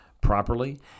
properly